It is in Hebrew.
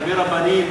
הרבה רבנים,